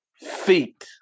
feet